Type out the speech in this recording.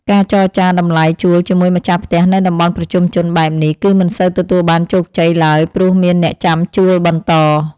ការចរចាតម្លៃជួលជាមួយម្ចាស់ផ្ទះនៅតំបន់ប្រជុំជនបែបនេះ គឺមិនសូវទទួលបានជោគជ័យឡើយព្រោះមានអ្នកចាំជួលបន្ត។